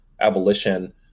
abolition